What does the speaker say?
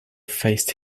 faced